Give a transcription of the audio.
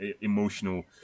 emotional